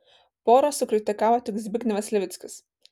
porą sukritikavo tik zbignevas levickis